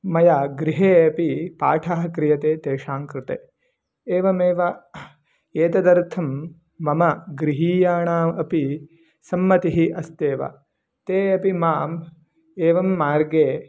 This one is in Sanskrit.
मया गृहे अपि पाठः क्रियते तेषां कृते एवमेव एतदर्थं मम गृहीयाणाम् अपि सम्मतिः अस्त्येव ते अपि माम् एवं मार्गे